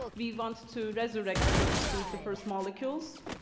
we want to resurrect, so to speak, the first molecules,